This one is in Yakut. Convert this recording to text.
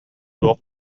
туох